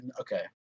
okay